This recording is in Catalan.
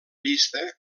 llista